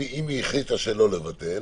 אם היא החליטה שלא לבטל